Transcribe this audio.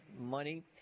money